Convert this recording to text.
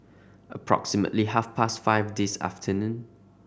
approximately half past five this afternoon